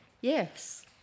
Yes